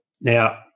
now